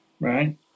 right